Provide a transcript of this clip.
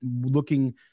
looking